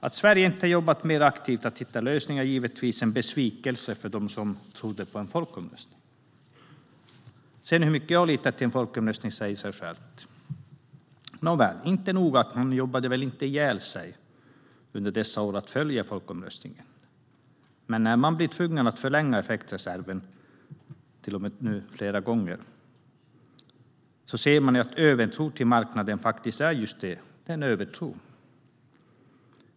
Att Sverige inte har jobbat mer aktivt för att hitta lösningar är givetvis en besvikelse för dem som trodde på folkomröstningen. Hur mycket jag litar på denna folkomröstning säger sig självt. Man jobbade inte ihjäl sig för att följa folkomröstningen. Att man dessutom blir tvungen att förlänga effektreserven flera gånger visar att övertron på marknaden är just det, en övertro.